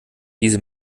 diese